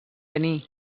denis